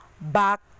back